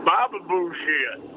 Baba-bullshit